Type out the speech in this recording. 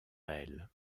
elle